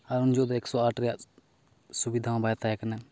ᱟᱨ ᱩᱱ ᱡᱚᱠᱷᱮᱡ ᱫᱚ ᱮᱠᱥᱚ ᱟᱴ ᱨᱮᱭᱟᱜ ᱥᱩᱵᱤᱫᱷᱟ ᱦᱚᱸ ᱵᱟᱭ ᱛᱟᱦᱮᱸ ᱠᱟᱱᱟ